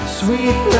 sweet